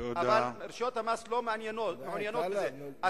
אבל רשויות המס לא מעוניינות בזה.